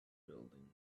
building